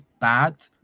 bad